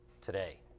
today